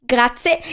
Grazie